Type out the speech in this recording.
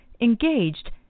engaged